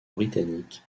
britannique